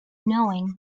knowing